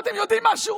ואתם יודעים משהו?